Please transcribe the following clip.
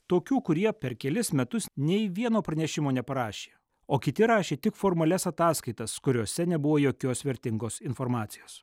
tokių kurie per kelis metus nei vieno pranešimo neparašė o kiti rašė tik formalias ataskaitas kuriose nebuvo jokios vertingos informacijos